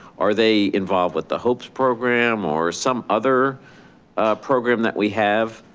are they involved with the hopes program or some other program that we have